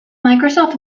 microsoft